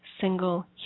single